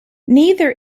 neither